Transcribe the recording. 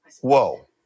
Whoa